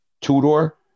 two-door